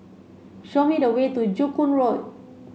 show me the way to Joo Koon Road